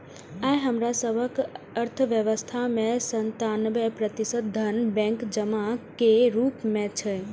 आइ हमरा सभक अर्थव्यवस्था मे सत्तानबे प्रतिशत धन बैंक जमा के रूप मे छै